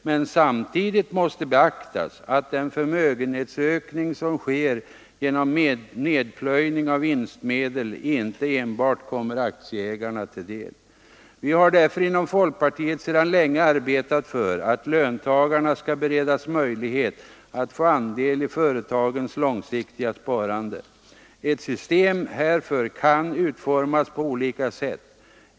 Men samtidigt måste beaktas att den förmögenhetsökning som sker genom nedplöjning av vinstmedel inte enbart kommer aktieägarna till del. Vi har därför inom folkpartiet sedan länge arbetat för att löntagarna skall beredas möjlighet att få andel i företagens långsiktiga sparande. Ett system härför kan utformas på olika sätt.